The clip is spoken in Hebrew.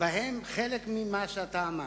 ובהם חלק ממה שאתה אמרת.